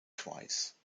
twice